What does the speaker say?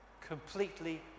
completely